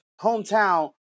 hometown